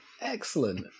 excellent